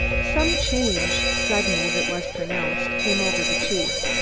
some change, sudden as it was pronounced, came over the chief,